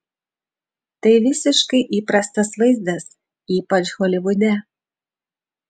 tai visiškai įprastas vaizdas ypač holivude